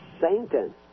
Satan